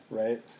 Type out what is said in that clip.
right